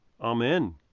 Amen